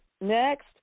next